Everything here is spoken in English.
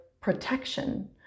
protection